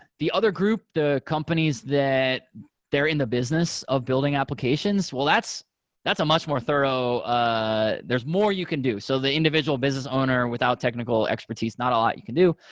the other group, the companies that they're in the business of building applications. well, that's that's a much more thorough ah there's more you can do. so the individual business owner without technical expertise, not a lot you can do.